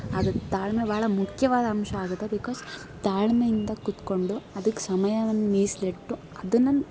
ಹಾಗೂ ತಾಳ್ಮೆ ಭಾಳ ಮುಖ್ಯವಾದ ಅಂಶ ಆಗುತ್ತೆ ಬಿಕಾಸ್ ತಾಳ್ಮೆಯಿಂದ ಕೂತ್ಕೊಂಡು ಅದಕ್ಕೆ ಸಮಯವನ್ನ ಮೀಸಲಿಟ್ಟು ಅದನ್ನು